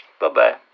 bye-bye